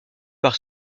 par